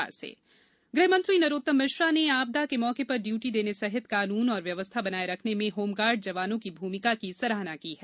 Narottam home guard गृहमंत्री नरोत्तम मिश्रा ने आपदा के मौके पर डयूटी देने सहित कानून और व्यवस्था बनाये रखने में होमगार्ड जवानों की भूमिका की सराहना की है